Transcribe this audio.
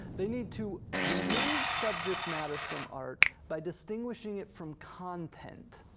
they need to remove subject matter from art by distinguishing it from content.